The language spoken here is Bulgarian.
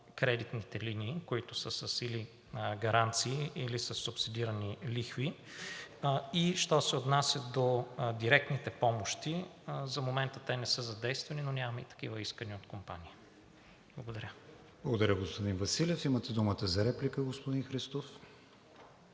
кредитните линии, които са или с гаранции, или със субсидирани лихви. Що се отнася до директните помощи, за момента те не са задействани, но нямаме и такива искания от компании. Благодаря. ПРЕДСЕДАТЕЛ КРИСТИАН ВИГЕНИН: Благодаря, господин Василев. Имате думата за реплика, господин Христов.